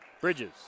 Bridges